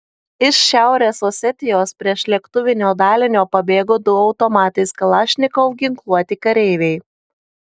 iš šiaurės osetijos priešlėktuvinio dalinio pabėgo du automatais kalašnikov ginkluoti kareiviai